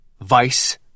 vice